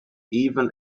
even